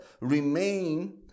remain